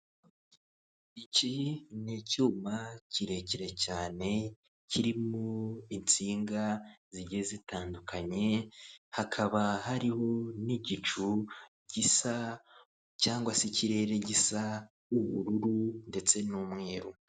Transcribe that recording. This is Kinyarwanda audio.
Iki ni icyuma kirekire cyane, kiriho insinga zigiye zitandukanye, hakaba hariho n'igicu gisa cyangwa se ikirere gisa ubururu n'umweru.